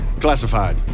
Classified